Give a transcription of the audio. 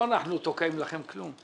לא אנחנו תוקעים לכם כלום.